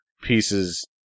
pieces